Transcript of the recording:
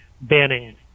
banning